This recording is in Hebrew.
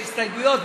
יש הסתייגויות,